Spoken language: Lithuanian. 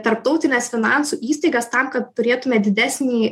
tarptautines finansų įstaigas tam kad turėtume didesnį